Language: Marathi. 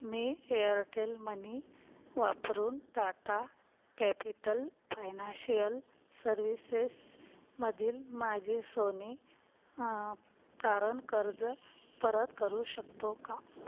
मी एअरटेल मनी वापरून टाटा कॅपिटल फायनाशियल सर्व्हिसेसमधील माझे सोने तारण कर्ज परत करू शकतो का